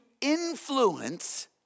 influence